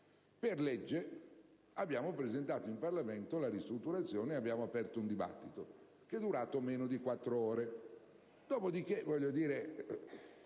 Per legge abbiamo presentato in Parlamento la ristrutturazione e aperto un dibattito, che è durato meno di quattro ore.